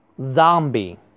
Zombie